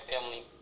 family